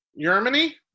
Germany